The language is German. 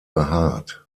behaart